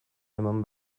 eman